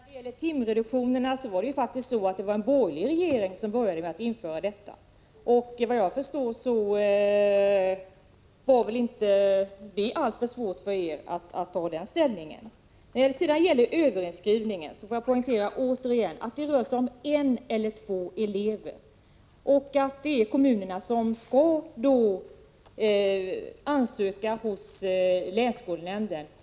Herr talman! Timreduktionen var det faktiskt en borgerlig regering som införde, och vad jag förstår var det väl inte alltför svårt att inta den ståndpunkten. Beträffande överinskrivningen får jag återigen poängtera att det rör sig om en eller två elever och att kommunerna skall ansöka om tillstånd hos länsskolnämnden.